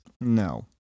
No